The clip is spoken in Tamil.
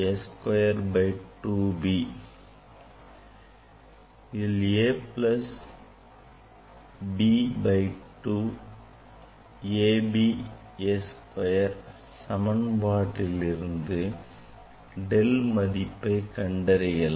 a plus b by 2 ab S square சமன் பாட்டிலிருந்து del மதிப்பை கண்டறியலாம்